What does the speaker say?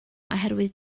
oherwydd